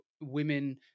women